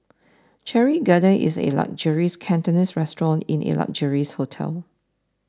Cherry Garden is a luxurious Cantonese restaurant in a luxurious hotel